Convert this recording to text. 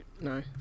no